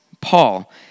Paul